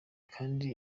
kandi